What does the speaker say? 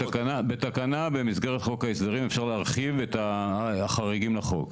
בתקנה במסגרת חוק ההסדרים אפשר להרחיב את החריגים לחוק.